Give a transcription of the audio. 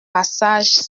passage